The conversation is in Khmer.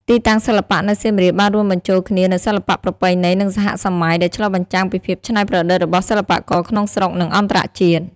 ទីតាំងសិល្បៈនៅសៀមរាបបានរួមបញ្ចូលគ្នានូវសិល្បៈប្រពៃណី និងសហសម័យ ដែលឆ្លុះបញ្ចាំងពីភាពច្នៃប្រឌិតរបស់សិល្បករក្នុងស្រុក និងអន្តរជាតិ។